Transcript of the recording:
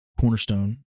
Cornerstone